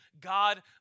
God